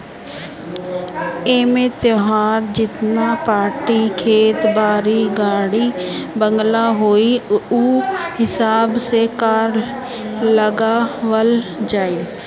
एमे तोहार जेतना प्रापर्टी खेत बारी, गाड़ी बंगला होई उ हिसाब से कर लगावल जाई